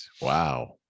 Wow